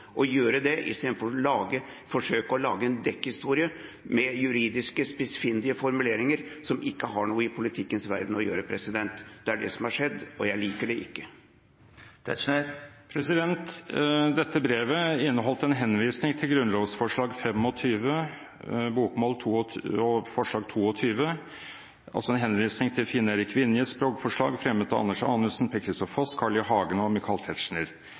å gjøre det, istedenfor å forsøke å lage en dekkhistorie med juridisk spissfindige formuleringer som ikke har noe i politikkens verden å gjøre. Det er det som har skjedd, og jeg liker det ikke. Dette brevet inneholdt en henvisning til grunnlovsforslag nr. 25, bokmål, og grunnlovsforslag nr. 22, altså en henvisning til Finn Erik Vinjes språkforslag, fremmet av Anders Anundsen, Per-Kristian Foss, Carl I. Hagen og Michael Tetzschner.